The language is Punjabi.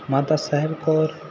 ਮਾਤਾ ਸਾਹਿਬ ਕੌਰ